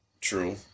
True